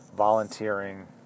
volunteering